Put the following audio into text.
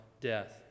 death